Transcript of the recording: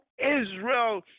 Israel